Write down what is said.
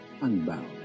unbound